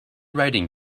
riding